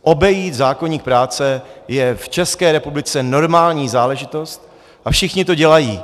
Obejít zákoník práce je v České republice normální záležitost a všichni to dělají.